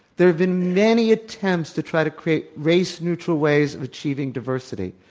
there have been many attempts to try to create race neutral ways of achieving diversity.